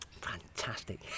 Fantastic